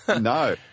No